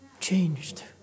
changed